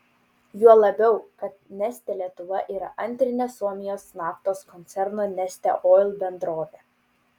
juo labiau kad neste lietuva yra antrinė suomijos naftos koncerno neste oil bendrovė